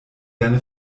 deine